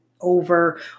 over